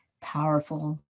powerful